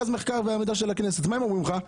מה הם אומרים לך?